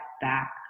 back